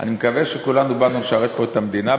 אני מקווה שכולנו באנו לשרת פה את המדינה,